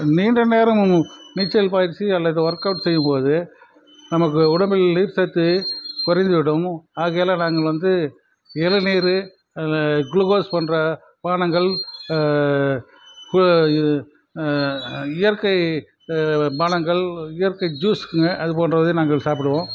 நீண்ட நேரம் நீச்சல் பயிற்சி அல்லது ஒர்க்கவுட் செய்யும்போது நமக்கு உடம்பில் நீர் சத்து குறைந்துவிடும் ஆகையால் நாங்கள் வந்து இளநீர் குளூக்கோஸ் போன்ற பானங்கள் இயற்கை பானங்கள் இயற்கை ஜூசுங்க அதுபோன்றவதை நாங்கள் சாப்பிடுவோம்